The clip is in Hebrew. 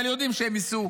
אבל יודעים שהם ייסעו